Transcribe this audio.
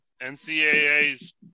NCAA's